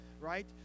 right